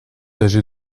âgé